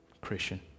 Christian